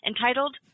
entitled